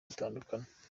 mutandukana